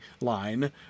line